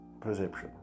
Perception